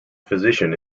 physician